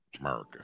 america